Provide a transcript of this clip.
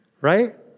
right